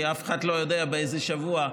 כי אף אחד לא יודע באיזה שבוע,